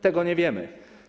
Tego nie wiemy.